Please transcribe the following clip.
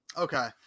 Okay